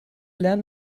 lernen